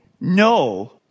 no